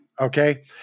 Okay